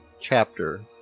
chapter